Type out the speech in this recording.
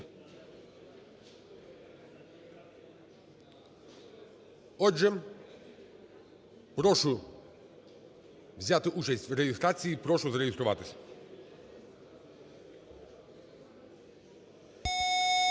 Отже, прошу взяти участь в реєстрації. Прошу зареєструватись.